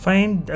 Find